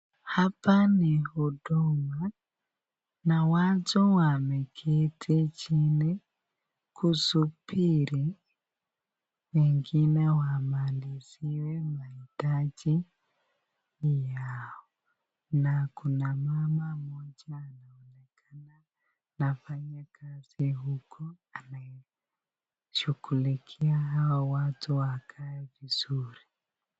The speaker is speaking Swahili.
Hapa ni Huduma na watu wameketi chini kusubiri wengine wamalizie mahitaji yao na kuna mama moja amesimama anafanya kazi huku anashughulikia hao watu wakae vizuri.